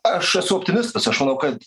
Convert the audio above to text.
aš esu optimistas aš manau kad